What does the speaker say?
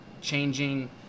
changing